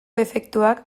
efektuak